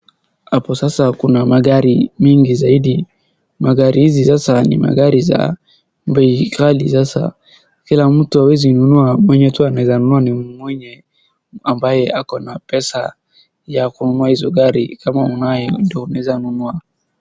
Hapo sasa kuna magari mingi zaidi. Magari hizi sasa ni magari za bei kali sasa kila mtu hawezi nunua mwenye tu anaeza nunua ni mwenye ambaye ako na pesa ya kununua hizo gari kama unaye ndiyo unaeza nunua.